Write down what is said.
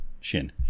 shin